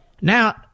Now